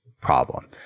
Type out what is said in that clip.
problem